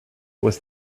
was